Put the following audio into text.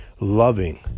loving